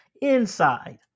inside